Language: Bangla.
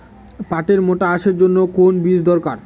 পাটের মোটা আঁশের জন্য কোন বীজ দরকার?